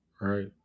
right